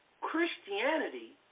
Christianity